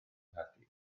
nghaerdydd